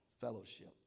fellowship